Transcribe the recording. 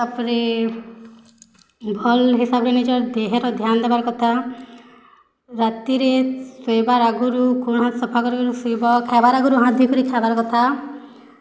ତାପରେ ଭଲ୍ ହିସାବରେ ନିଜର୍ ଦେହର୍ ଧ୍ୟାନ୍ ଦେବାର୍ କଥା ରାତିରେ ଶୁଇବାର୍ ଆଗରୁ କୁଆଁ ସଫା କରିକିରି ଶୋଇବ ଖାଇବାର୍ ଆଗରୁ ହାତ୍ ଧୁଇକରି ଖାଇବାର୍ କଥା